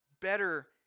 better